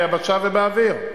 ביבשה ובאוויר.